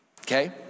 okay